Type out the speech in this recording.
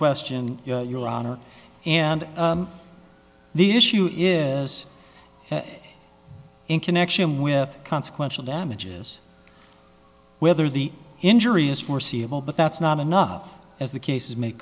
question your honor and the issue is in connection with consequential damages whether the injury is foreseeable but that's not enough as the cases ma